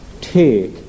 take